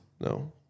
No